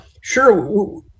Sure